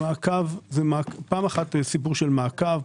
דבר אחד הוא סיפור של מעקב.